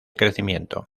crecimiento